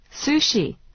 sushi